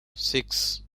six